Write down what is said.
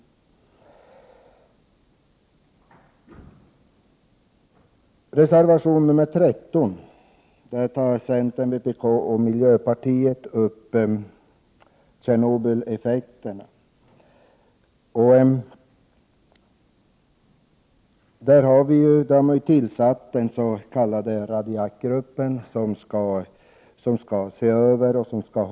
I reservation 13 tar centern, vpk och miljöpartiet upp effekterna av Tjernobylolyckan. Lantbruksstyrelsen har ju nu tillsatt den s.k. radiakgruppen, som skall hålla uppsikt över vad som händer.